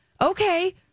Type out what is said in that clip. okay